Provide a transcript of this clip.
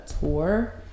tour